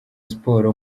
siporo